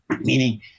meaning